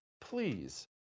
Please